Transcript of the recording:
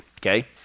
okay